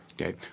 Okay